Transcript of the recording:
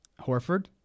Horford